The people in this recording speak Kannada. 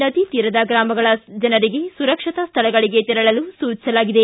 ನದಿ ತೀರದ ಗ್ರಾಮಗಳ ಜನರಿಗೆ ಸುರಕ್ಷತಾ ಸ್ವಳಗಳಿಗೆ ತೆರಳಲು ಸೂಚಿಸಲಾಗಿದೆ